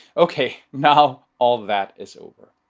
okay, now all of that is over.